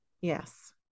Yes